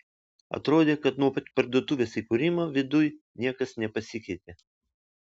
atrodė kad nuo pat parduotuvės įkūrimo viduj niekas nepasikeitė